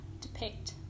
depict